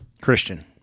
Christian